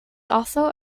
also